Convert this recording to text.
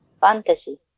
fantasy